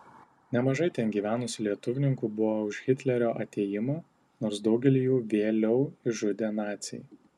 nemažai ten gyvenusių lietuvninkų buvo už hitlerio atėjimą nors daugelį jų vėliau išžudė naciai